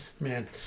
Man